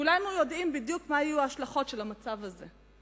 כולנו יודעים בדיוק מה יהיו ההשלכות של המצב הזה.